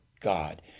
God